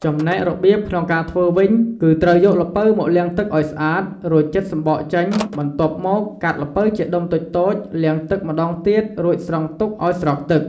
ចំណែករបៀបក្នុងការធ្វើវិញគឺ ត្រូវយកល្ពៅមកលាងទឹកឲ្យស្អាត រួចចិតសំបកចេញ បន្ទាប់មកកាត់ល្ពៅជាដុំតូចៗ លាងទឹកម្តងទៀត រួចស្រង់ទុកឲ្យស្រក់ទឹក។